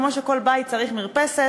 כמו שכל בית צריך מרפסת,